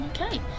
Okay